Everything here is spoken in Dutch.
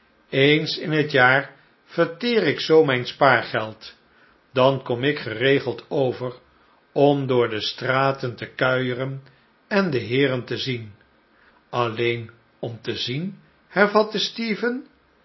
eens in het jaar verteer ik zoo mijn spaargeld dan kom ik geregeld over omj door de straten te kuieren en de heeren te zien alleen om'te zien hervatte stephen